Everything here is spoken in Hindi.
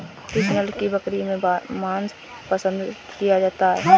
किस नस्ल की बकरी का मांस पसंद किया जाता है?